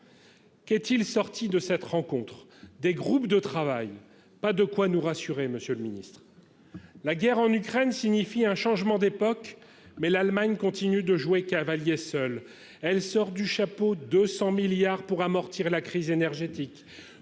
qu'est-il sorti de cette rencontre, des groupes de travail, pas de quoi nous rassurer, Monsieur le Ministre, la guerre en Ukraine signifie un changement d'époque, mais l'Allemagne continue de jouer cavalier seul, elle sort du chapeau 200 milliards pour amortir la crise énergétique